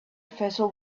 vessel